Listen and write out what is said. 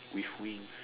with wings